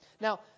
Now